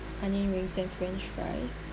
onion rings and french fries